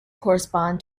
correspond